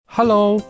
Hello，